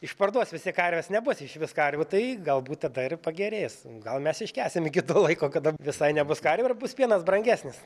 išparduos visi karves nebus išvis karvių tai galbūt tada ir pagerės gal mes iškęsim iki to laiko kada visai nebus karvių ir bus pienas brangesnis